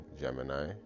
Gemini